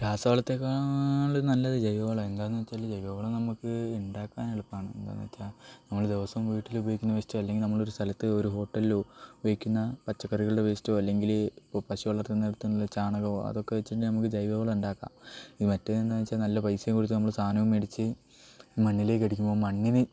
രാസവളത്തേക്കാളും നല്ലത് ജൈവവളമാണ് എന്താണെന്നു വെച്ചാൽ ജൈവവളം നമുക്ക് ഉണ്ടാക്കാൻ എളുപ്പമാണ് എന്താണെന്നു വെച്ചാൽ നമ്മൾ ദിവസവും വീട്ടിൽ ഉപയോഗിക്കുന്ന വേസ്റ്റോ അല്ലെങ്കിൽ നമ്മളൊരു സ്ഥലത്തെ ഒരു ഹോട്ടലിലോ ഉപയോഗിക്കുന്ന പച്ചക്കറികളുടെ വേസ്റ്റോ അല്ലെങ്കിൽ ഇപ്പോൾ പശു വളർത്തുന്നിടത്തുനിന്നുള്ള ചാണകമോ അതൊക്കെ വെച്ചിട്ട് നമുക്ക് ജൈവവളം ഉണ്ടാക്കാം ഇത് മറ്റേതെന്ന് വെച്ചാൽ നല്ല പൈസയും കൊടുത്ത് നമ്മൾ സാധനവും മേടിച്ച് മണ്ണിലേക്കടിക്കുമ്പോൾ മണ്ണിന്